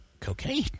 cocaine